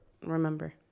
remember